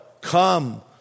come